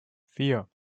vier